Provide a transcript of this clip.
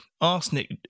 arsenic